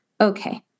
okay